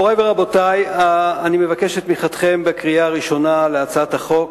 מורי ורבותי, אני מבקש את תמיכתכם בהצעת החוק